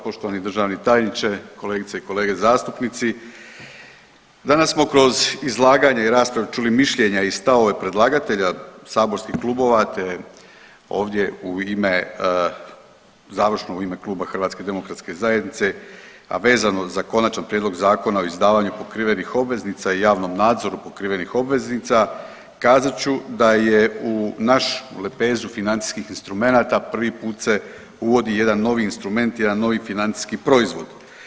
Poštovani državni tajniče, kolegice i kolege zastupnici, danas kroz izlaganje i raspravu čuli mišljenja i stavove predlagatelja saborskih klubova te ovdje u ime, završno u ime Kluba HDZ-a, a vezano za Konačan prijedlog Zakona o izdavanju pokrivenih obveznice i javnom nadzoru pokrivenih obveznica kazat ću da je u našu lepezu financijskih instrumenata prvi put se uvodi jedan novi instrument, jedan novi financijski proizvod.